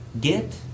Get